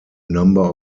number